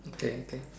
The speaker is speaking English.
okay okay